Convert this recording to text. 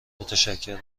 متشکرم